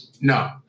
No